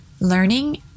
learning